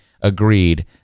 agreed